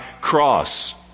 cross